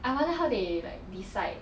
I wonder how they like decide